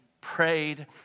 prayed